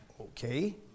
okay